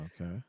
Okay